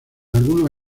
algunos